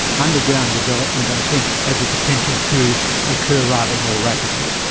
underground development i think has a potential to occur rather more rapidly.